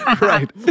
Right